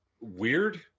weird